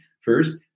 first